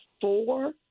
four